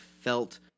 felt